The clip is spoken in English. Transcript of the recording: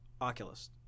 Oculus